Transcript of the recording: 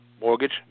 Mortgage